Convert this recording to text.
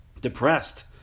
Depressed